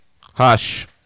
Hush